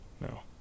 No